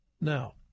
Now